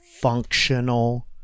functional